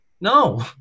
no